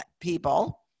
people